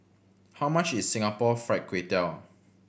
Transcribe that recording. how much is Singapore Fried Kway Tiao